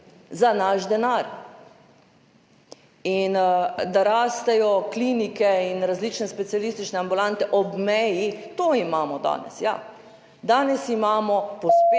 za naš denar. In da rastejo klinike in različne specialistične ambulante ob meji, to imamo danes, ja. Danes imamo pospešeno